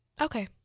okay